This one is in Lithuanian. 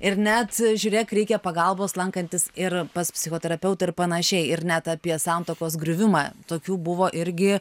ir net žiūrėk reikia pagalbos lankantis ir pas psichoterapeutą ir panašiai ir net apie santuokos griuvimą tokių buvo irgi